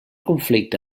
conflicte